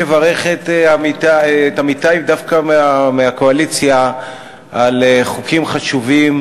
לברך את עמיתי דווקא מהקואליציה על חוקים חשובים.